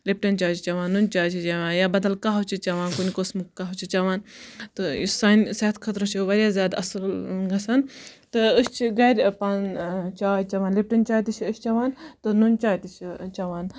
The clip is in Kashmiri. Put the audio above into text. لِپٹَن چاے چھِ چٮ۪وان نُن چاے چھِ چٮ۪وان یا بَدَل قَہوٕ چھِ چٮ۪وان کُنہِ قٕسمُک قَہوٕ چھِ چٮ۪وان تہٕ یُس سانہِ صحتہٕ خٲطرٕ چھُ واریاہ زیاد اصل گَژھان تہٕ أسۍ چھِ گَرٕ پانہٕ چاے چٮ۪وان لِپٹَن چاے تہِ چھِ أسۍ چٮ۪وان تہٕ نُن چاے تہِ چھِ چٮ۪وان